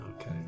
okay